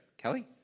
Kelly